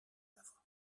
havre